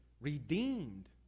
redeemed